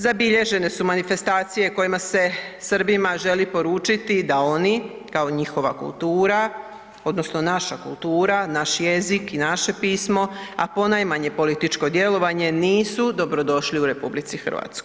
Zabilježene su manifestacije kojima se Srbima želi poručiti da oni kao njihova kultura odnosno naša kultura, naš jezik i naše pismo a ponajmanje političko djelovanje, nisu dobrodošli u RH.